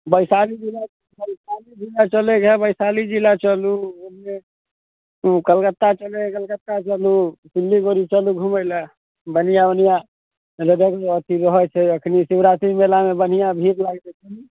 वैशाली जिला वैशाली चलेके हए वैशाली जिला चलू ओन्ने कलकत्ता चलेके हए कलकत्ता चलु सिल्लीगोड़ी चलु घुमै लए बढ़िआँ बढ़िआँ नजरमे अथी रहत अखनी शिवरात्रिमेलामे बढ़िआँ भीड़ लागतै की